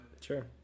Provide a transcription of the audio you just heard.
sure